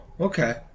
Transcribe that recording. okay